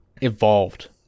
evolved